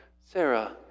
Sarah